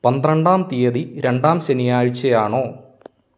പന്ത്രണ്ടാം തീയതി രണ്ടാം ശനിയാഴ്ചയാണോ